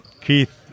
Keith